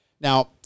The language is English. Now